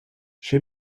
she